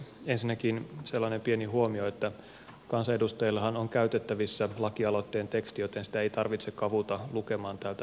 ensinnäkin sellainen pieni huomio että kansanedustajillahan on käytettävissä lakialoitteen teksti joten sitä ei tarvitse kavuta lukemaan täältä pöntöstä